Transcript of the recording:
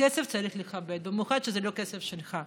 כסף צריך לכבד, במיוחד כשזה לא כסף שלך.